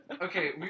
okay